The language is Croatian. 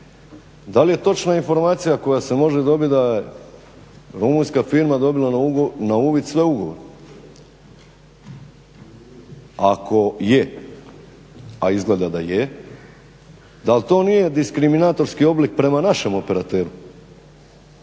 da li je točna informacija koja se može dobiti da je rumunjska firma dobila na uvid sve ugovore. Ako je a izgleda da je dal to nije diskriminatorski oblik prema našem operateru.